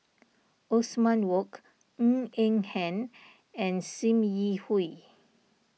Othman Wok Ng Eng Hen and Sim Yi Hui